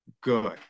good